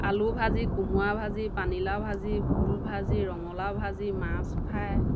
আলু ভাজি কোমোৰা ভাজি পানীলাও ভাজি ভোল ভাজি ৰঙালাও ভাজি মাছ ফ্ৰাই